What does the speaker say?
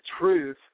truth